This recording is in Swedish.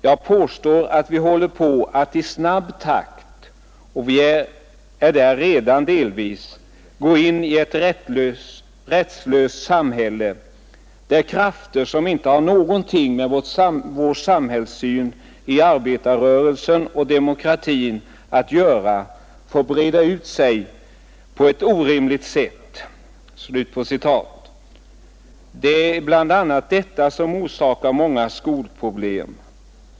Jag påstår, herr justitieminister, att vi håller på att i snabb takt — vi är där redan delvis — g in i ett rättslöst samhälle, där krafter som inte har någonting med vår samhällssyn i arbetarrörelsen och demokratin att göra får breda ut sig på ett orimligt sätt.” Det är bl.a. detta som orsakar många skolproblem.